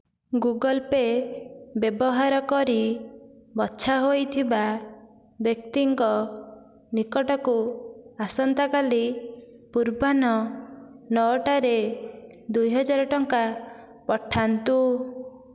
Google Pay ବ୍ୟବହାର କରି ବଛା ହୋଇଥିବା ବ୍ୟକ୍ତିଙ୍କ ନିକଟକୁ ଆସନ୍ତାକାଲି ପୂର୍ବାହ୍ନ ନଅଟା'ରେ ଦୁଇ ହଜାର ଟଙ୍କା ପଠାନ୍ତୁ